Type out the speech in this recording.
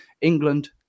England